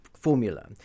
formula